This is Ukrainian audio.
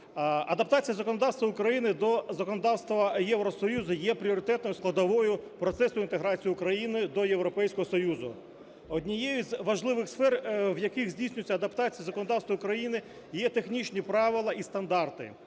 адаптація законодавства України до законодавства Євросоюзу є пріоритетною складовою процесу інтеграції України до Європейського Союзу . Однією з важливих сфер, в яких здійснюється адаптація законодавства України, є технічні правила і стандарти,